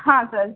हाँ सर